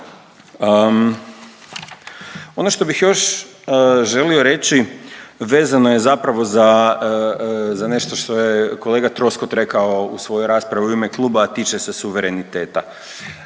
Ono što bih još želi reći vezano je zapravo za, za nešto što je kolega Troskot rekao u svojoj raspravi u ime kluba, a tiče se suvereniteta